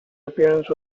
appearance